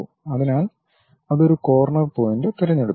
അതിനാൽ അത് ആ കോർണർ പോയിന്റ് തിരഞ്ഞെടുത്തു